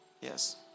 Yes